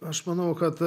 aš manau kad